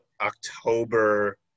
October